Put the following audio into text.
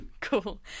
Cool